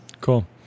cool